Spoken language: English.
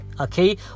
okay